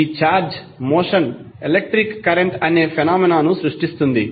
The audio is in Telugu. ఈ ఛార్జ్ మోషన్ ఎలక్ట్రిక్ కరెంట్ అనే ఫెనోమేనా ను సృష్టిస్తుంది